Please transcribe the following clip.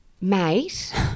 Mate